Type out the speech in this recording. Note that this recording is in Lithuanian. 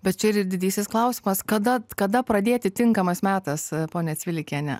bet čia ir didysis klausimas kada kada pradėti tinkamas metas ponia cvilikienė